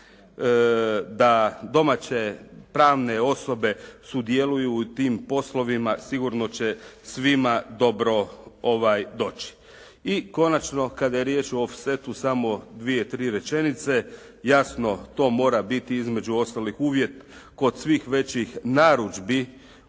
da domaće pravne osobe sudjeluju u tim poslovima sigurno će svima dobro doći. I konačno kada je riječ o off setu samo dvije-tri rečenice. Jasno to mora biti između ostalih uvjet, kod svih većih narudžbi